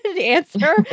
answer